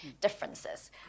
differences